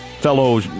fellow